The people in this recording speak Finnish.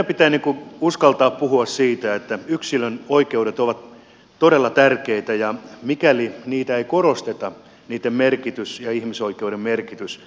meidän pitää uskaltaa puhua siitä että yksilön oikeudet ovat todella tärkeitä ja mikäli niitä ei korosteta niiden merkitys ja ihmisoikeuden merkitys romuttuvat